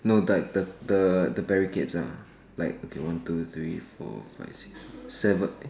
no the the the the barricades ah like okay one two three four five six seven